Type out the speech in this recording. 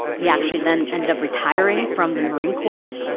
he actually then ended up retiring from the marine corps.